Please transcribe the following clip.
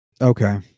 Okay